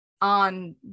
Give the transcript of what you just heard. on